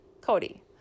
Cody